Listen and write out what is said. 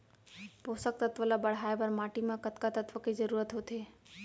पोसक तत्व ला बढ़ाये बर माटी म कतका तत्व के जरूरत होथे?